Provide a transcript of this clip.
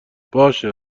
باشه